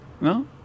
No